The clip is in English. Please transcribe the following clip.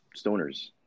stoners